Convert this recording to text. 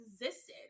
existed